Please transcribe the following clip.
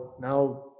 now